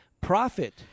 profit